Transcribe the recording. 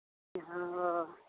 हँ